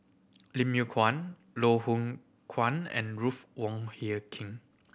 Lim Yew Kuan Loh Hoong Kwan and Ruth Wong Hie King